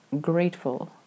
grateful